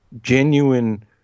genuine